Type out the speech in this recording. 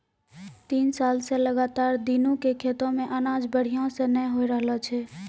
तीस साल स लगातार दीनू के खेतो मॅ अनाज बढ़िया स नय होय रहॅलो छै